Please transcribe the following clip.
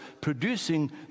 producing